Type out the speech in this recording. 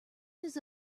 his